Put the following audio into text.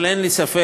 אבל אין לי ספק,